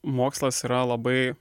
mokslas yra labai